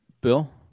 Bill